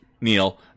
Neil